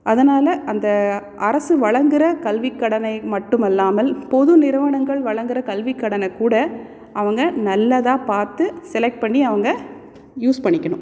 அதனால் அந்த அரசு வழங்குகிற கல்விக் கடனை மட்டும் அல்லாமல் பொது நிறுவனங்கள் வழங்குகிற கல்விக் கடனை கூட அவங்க நல்லதாக பார்த்து செலெக்ட் பண்ணி அவங்க யூஸ் பண்ணிக்கணும்